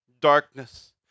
darkness